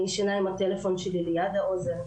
אני ישנה עם הטלפון שלי ליד האוזן,